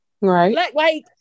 Right